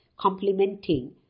complementing